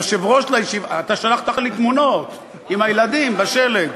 היושב-ראש, אתה שלחת לי תמונות עם הילדים בשלג.